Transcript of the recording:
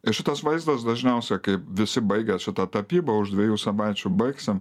ir šitas vaizdas dažniausia kaip visi baigia šitą tapybą už dviejų savaičių baigsim